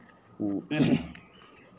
ओ